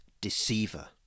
deceiver